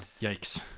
Yikes